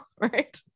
right